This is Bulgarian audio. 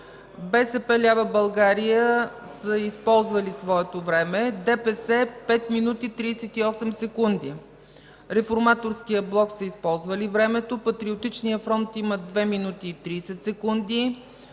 „БСП лява България” са използвали своето време; ДПС – 5 минути и 38 секунди; Реформаторският блок са използвали времето си; Патриотичния фронт има 2 минути и 30 секунди;